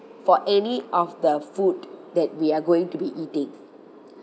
for any of the food that we are going to be eating